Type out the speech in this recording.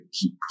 keep